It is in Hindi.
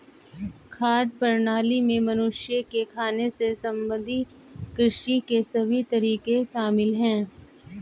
खाद्य प्रणाली में मनुष्य के खाने से संबंधित कृषि के सभी तरीके शामिल है